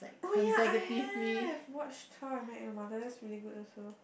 oh ya I have watched How-I-Met-Your-Mother that's really good also